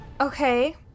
Okay